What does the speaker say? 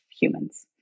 humans